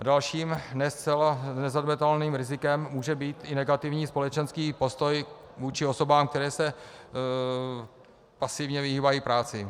Dalším, ne zcela nezanedbatelným rizikem může být i negativní společenský postoj vůči osobám, které se pasívně vyhýbají práci.